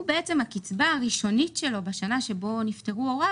הקצבה הראשונית שלו בשנה בה נפטרו הוריו